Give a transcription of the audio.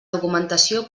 documentació